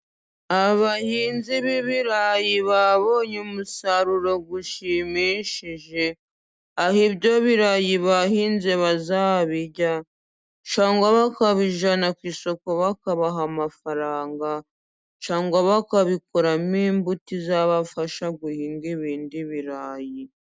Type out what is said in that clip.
Abahinzi b'ibirayi babonye umusaruro ushimishije, aho ibyo birayi bahinze bazabirya, cyangwa bakabijyana ku isoko bakabaha amafaranga, cyangwa bakabikoramo imbuto izabafasha guhinga ibindi birayi.